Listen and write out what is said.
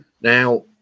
now